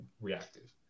reactive